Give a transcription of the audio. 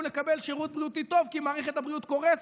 לקבל שירות בריאותי טוב כי מערכת קורסת,